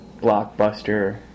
blockbuster